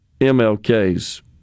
MLK's